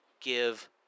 give